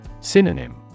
Synonym